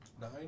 nine